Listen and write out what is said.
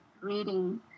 reading